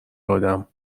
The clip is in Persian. آدم